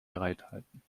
bereithalten